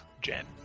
Jen